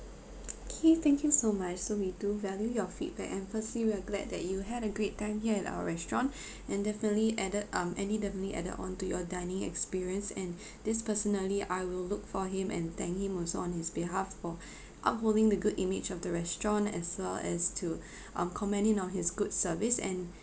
K thank you so much so we do value your feedback and firstly we are glad that you had a great time here at our restaurant and definitely added um andy definitely added on to your dining experience and this personally I will look for him and thank him also on his behalf for upholding the good image of the restaurant as well as to um commend him on his good service and